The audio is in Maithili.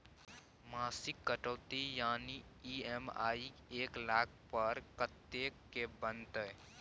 मासिक कटौती यानी ई.एम.आई एक लाख पर कत्ते के बनते?